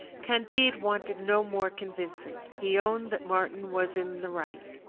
candide wanted no more convincing he owned that martin was in the right.